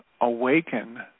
awaken